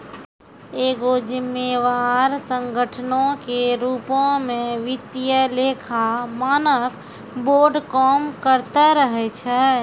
एगो जिम्मेवार संगठनो के रुपो मे वित्तीय लेखा मानक बोर्ड काम करते रहै छै